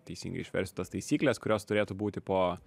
teisingai išversti tas taisykles kurios turėtų būti po